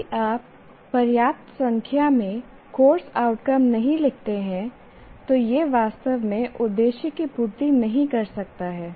यदि आप पर्याप्त संख्या में कोर्स आउटकम नहीं लिखते हैं तो यह वास्तव में उद्देश्य की पूर्ति नहीं कर सकता है